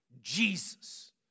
Jesus